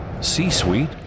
c-suite